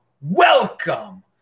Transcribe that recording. Welcome